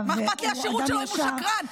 -- מה אכפת לי השירות שלו אם הוא שקרן.